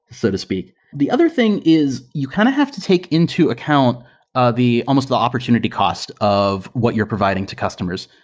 so to speak. the other thing is you kind of have to take into account of almost the opportunity cost of what you're providing to customers.